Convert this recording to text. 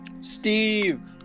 Steve